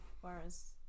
Whereas